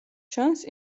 ჩანს